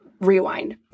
rewind